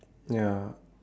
ya